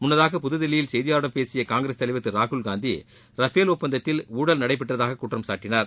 முன்னதாக புதுதில்லியில் செய்தியாளர்களிடம் பேசிய காங்கிரஸ் தலைவர் திரு ராகுல்காந்தி ரஃபேல் ஒப்பந்தத்தில் ஊழல் நடைபெற்றதாக குற்றம் சாட்டினார்